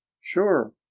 sure